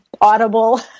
audible